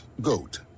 GOAT